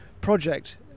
project